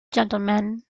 gentleman